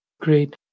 Great